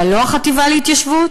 אבל לא החטיבה להתיישבות.